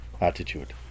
attitude